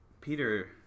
Peter